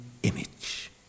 image